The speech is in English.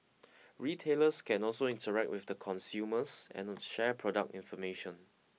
retailers can also interact with the consumers and them share product information